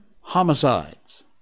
homicides